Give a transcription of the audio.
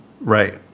Right